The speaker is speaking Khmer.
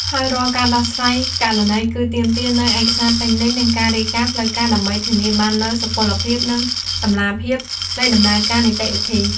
ហើយរាល់ការដោះស្រាយករណីគឺទាមទារនូវឯកសារពេញលេញ និងការរាយការណ៍ផ្លូវការ ដើម្បីធានាបាននូវសុពលភាព និងតម្លាភាពនៃដំណើរការនីតិវិធី។